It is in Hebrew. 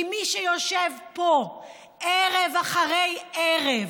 כי מי שיושב פה ערב אחרי ערב